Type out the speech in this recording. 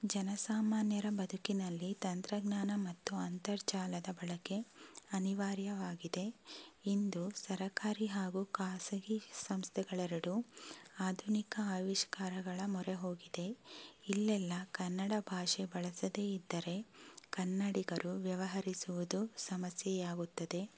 ಜನಸಾಮಾನ್ಯರ ಬದುಕಿನಲ್ಲಿ ತಂತ್ರಜ್ಞಾನ ಮತ್ತು ಅಂತರ್ಜಾಲದ ಬಳಕೆ ಅನಿವಾರ್ಯವಾಗಿದೆ ಇಂದು ಸರಕಾರಿ ಹಾಗೂ ಖಾಸಗಿ ಸಂಸ್ಥೆಗಳೆರಡೂ ಆಧುನಿಕ ಆವಿಷ್ಕಾರಗಳ ಮೊರೆ ಹೋಗಿದೆ ಇಲ್ಲೆಲ್ಲ ಕನ್ನಡ ಭಾಷೆ ಬಳಸದೆ ಇದ್ದರೆ ಕನ್ನಡಿಗರು ವ್ಯವಹರಿಸುವುದು ಸಮಸ್ಯೆಯಾಗುತ್ತದೆ